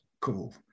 cool